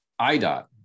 IDOT